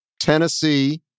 Tennessee